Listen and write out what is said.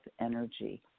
energy